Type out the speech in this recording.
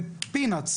זה פינאטס.